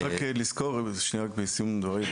רק לסיום דבריי,